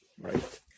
right